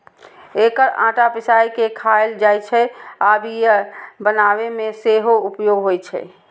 एकर आटा पिसाय के खायल जाइ छै आ बियर बनाबै मे सेहो उपयोग होइ छै